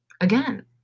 again